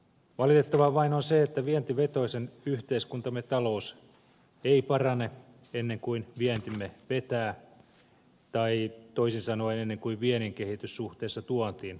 valitettavaa vain on se että vientivetoisen yhteiskuntamme talous ei parane ennen kuin vientimme vetää tai toisin sanoen ennen kuin viennin kehitys suhteessa tuontiin oleellisesti paranee